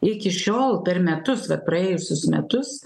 iki šiol per metus praėjusius metus